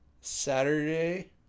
Saturday